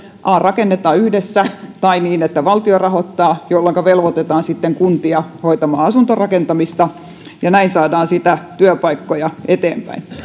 rakennetaan yhdessä tai niin että valtio rahoittaa jolloinka velvoitetaan sitten kuntia hoitamaan asuntorakentamista ja näin saadaan työpaikkoja siitä eteenpäin